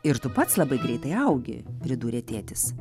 ir tu pats labai greitai augi pridūrė tėtis